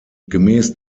gemäß